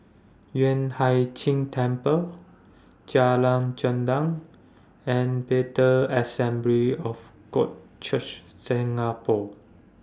Yueh Hai Ching Temple Jalan Gendang and Bethel Assembly of God Church Singapore